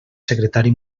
secretari